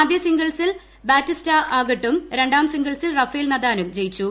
ആദ്യ സിംഗിൾസിൽ ബാറ്റിസ്റ്റ ആഗട്ടും രണ്ടാം സിംഗിൾസിൽ റഫേൽ നദാലും ജയിച്ചു